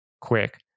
quick